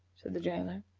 said the jailer.